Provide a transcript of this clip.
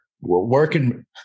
working